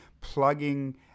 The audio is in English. plugging